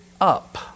up